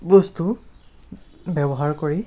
বস্তু ব্য়ৱহাৰ কৰি